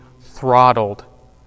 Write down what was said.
throttled